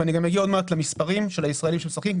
ואני גם אגיע עוד מעט למספרים של הישראלים שמשחקים,